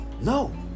No